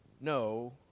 no